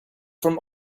from